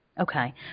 Okay